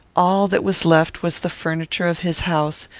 all that was left was the furniture of his house,